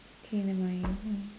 K never mind let me